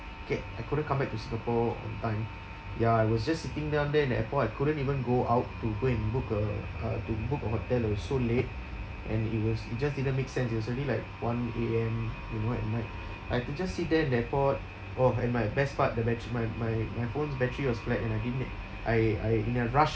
get I couldn't come back to singapore on time ya I was just sitting down there at the airport I couldn't even go out to go and book a a to book a hotel it was so late and it was it just didn't make sense it was already like one A_M in I could just sit there in the airport oh and my best part the batt~ my my my phone battery was black and I didn't have I I in a rush